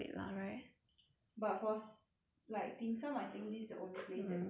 but for s~ like dim sum I think this is the only place that opens until so late